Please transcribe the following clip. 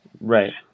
right